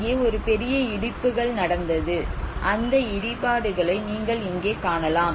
இங்கே ஒரு பெரிய இடிப்புகள் நடந்தது அந்த இடிபாடுகளை நீங்கள் இங்கே காணலாம்